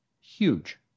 huge